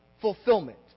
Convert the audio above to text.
fulfillment